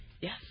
Yes